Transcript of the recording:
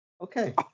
Okay